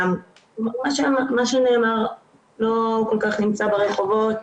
לא כל כך נמצא ברחובות,